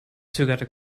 zögerte